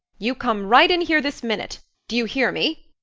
you come right in here this minute, do you hear me!